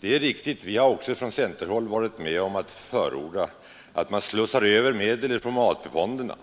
Det är riktigt att vi också från centerhåll har varit med om att förorda att medel slussas över från AP-fonderna.